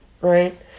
right